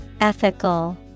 Ethical